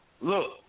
look